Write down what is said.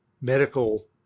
medical